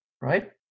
right